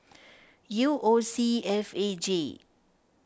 U O C F A J